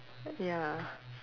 ya